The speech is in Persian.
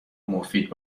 مفید